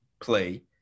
play